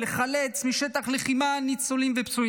לחלץ משטח לחימה ניצולים ופצועים.